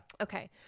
Okay